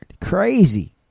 Crazy